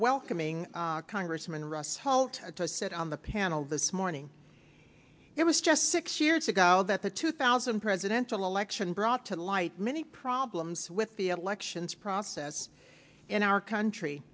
welcoming congressman rush holt to sit on the panel this morning it was just six years ago that the two thousand presidential election brought to light many problems with the elections process in our country